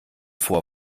vor